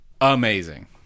amazing